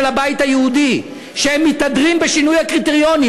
הבית היהודי שהם מתהדרים בשינוי הקריטריונים,